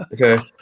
Okay